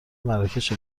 مراکش